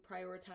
prioritize